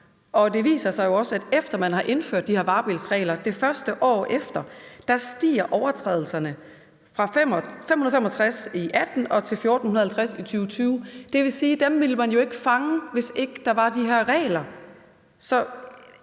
Det viser sig jo også, at efter man har indført de her varebilsregler stiger overtrædelserne – fra 565 i 2018 til 1.450 i 2020. Det vil sige, at dem ville man jo ikke fange, hvis ikke der var de her regler. Så